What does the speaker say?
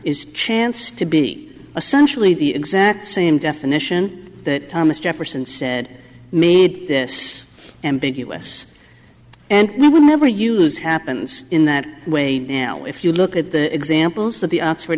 is chance to be essential to the exact same definition that thomas jefferson said made this ambiguous and i would never use happens in that way now if you look at the examples that the oxford